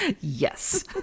Yes